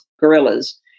gorillas